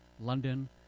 London